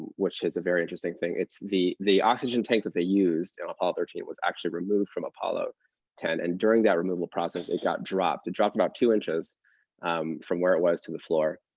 which is a very interesting thing. the the oxygen tank that they used in apollo thirteen was actually removed from apollo ten. and during that removal process, it got dropped. it dropped about two inches from where it was to the floor.